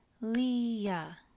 Leah